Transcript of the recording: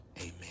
amen